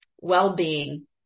well-being